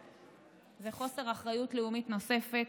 זה חוסר אחריות לאומית נוסף,